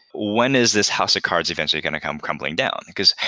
when is this house of cards eventually going to come crumbling down? because,